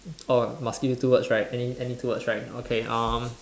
orh must give you two words right any any two words right okay uh